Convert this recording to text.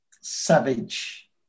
Savage